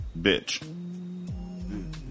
bitch